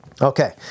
Okay